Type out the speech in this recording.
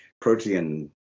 protein